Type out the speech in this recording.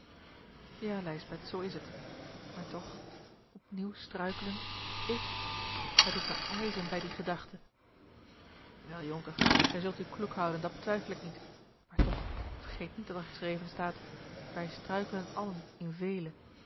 ja lijsbeth zoo is het maar toch opnieuw struikelen ik gij doet mij ijzen bij die gedachte wel jonker gij zult u kloek houden dat betwijfel ik niet a l g bosboom-toussaint de delftsche wonderdokter eel maar toch vergeet niet dat er geschreven staat wij struikelen allen in vele